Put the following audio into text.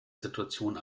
situation